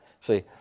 See